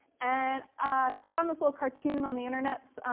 and i found this little cartoon on the internet,